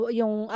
yung